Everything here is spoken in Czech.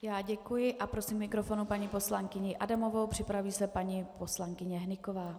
Já děkuji a prosím k mikrofonu paní poslankyni Adamovou, připraví se paní poslankyně Hnyková.